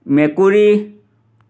মেকুৰী